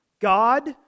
God